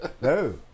no